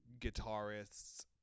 guitarists